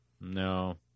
no